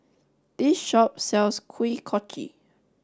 this shop sells Kuih Kochi